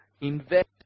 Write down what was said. invest